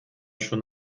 schon